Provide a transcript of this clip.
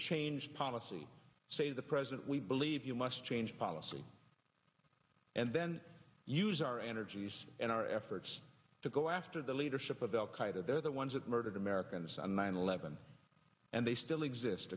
change policy say the president we believe you must change policy and then use our energies and our efforts to go after the leadership of al qaeda they're the ones that murdered americans on nine eleven and they still exist